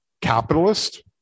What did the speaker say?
capitalist